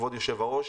כבוד היושב-ראש,